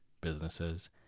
businesses